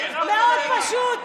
מאוד פשוט.